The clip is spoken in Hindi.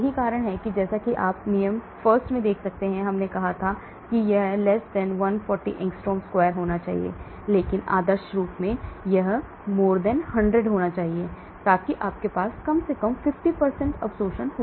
यही कारण है कि जैसा कि आप 1 नियम में देख सकते हैं हमने कहा कि यह 140 एंग्स्ट्रॉम स्क्वायर होना चाहिए लेकिन आदर्श रूप से यह 100 होना चाहिए ताकि आपके पास कम से कम 50 अवशोषण हो